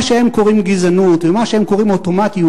מה שהם קוראים לו "גזענות" ומה שהם קוראים לו "אוטומטיות"